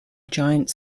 giant